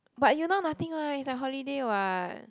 but you now nothing what is like holiday what